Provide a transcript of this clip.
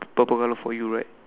purple colour for you right